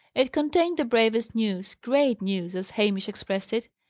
it contained the bravest news great news, as hamish expressed it.